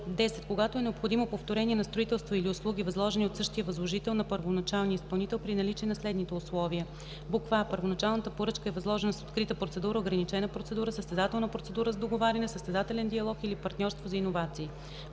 10. когато е необходимо повторение на строителство или услуги, възложени от същия възложител на първоначалния изпълнител, при наличие на следните условия: а) първоначалната поръчка е възложена с открита процедура, ограничена процедура, състезателна процедура с договаряне, състезателен диалог или партньорство за иновации;